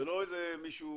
זה לא איזה מישהו